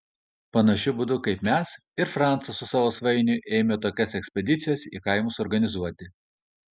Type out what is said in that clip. panašiu būdu kaip mes ir francas su savo svainiu ėmė tokias ekspedicijas į kaimus organizuoti